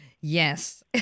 Yes